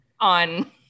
on